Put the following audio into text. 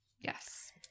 Yes